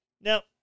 Now